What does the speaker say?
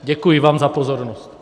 Děkuji vám za pozornost.